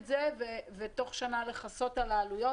ותוך שנה לכסות על העלויות.